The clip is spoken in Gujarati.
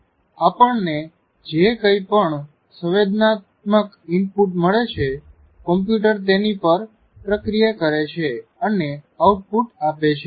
આપણને જે કંઈ પણ સવેંદનાત્મક ઇનપુટ મળે છે કોમ્પ્યુટર તેની પર પ્રક્રિયા કરે છે અને આઉટપુટ આપે છે